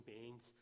beings